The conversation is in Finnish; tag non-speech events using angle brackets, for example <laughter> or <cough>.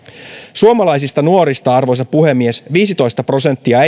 suomalaisista nuorista arvoisa puhemies viisitoista prosenttia <unintelligible>